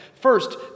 First